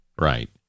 right